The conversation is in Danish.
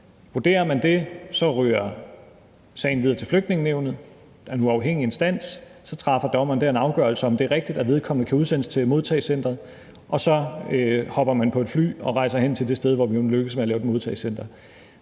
Vurderer man det, ryger sagen videre til Flygtningenævnet, der er en uafhængig instans, og så træffer dommeren afgørelse om, om det er rigtigt, at vedkommende kan udsendes til modtagecenteret, og så hopper man på et fly og rejser hen til det sted, hvor vi må lykkes med at lave et modtagecenter.